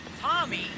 Tommy